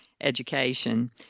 education